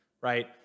right